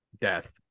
death